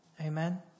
Amen